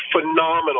phenomenal